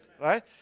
right